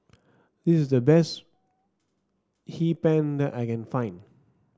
this is the best Hee Pan that I can find